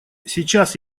сейчас